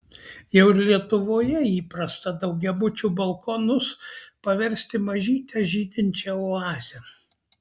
jau ir lietuvoje įprasta daugiabučių balkonus paversti mažyte žydinčia oaze